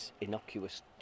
innocuous